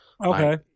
Okay